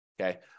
okay